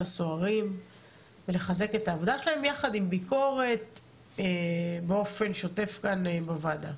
הסוהרים ולחזק את העבודה שלהם יחד עם ביקורת באופן שוטף כאן בוועדה.